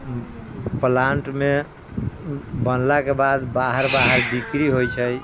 प्लान्टमे बनलाके बाद बाहर बाहर बिक्री होइ छै